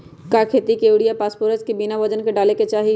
का खेती में यूरिया फास्फोरस बिना वजन के न डाले के चाहि?